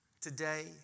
Today